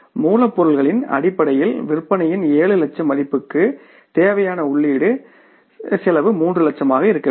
மூலப்பொருளின் அடிப்படையில் விற்பனையின் 7 லட்சம் மதிப்புக்கு தேவையான உள்ளீடு செலவு 3 லட்சமாக இருக்க வேண்டும்